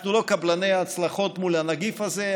אנחנו לא קבלני הצלחות מול הנגיף הזה,